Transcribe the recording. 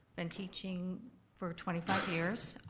been teaching for twenty five years,